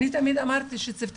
אני תמיד אמרתי שדבר